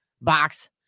box